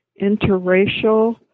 interracial